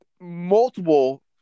Multiple